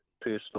personal